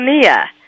Mia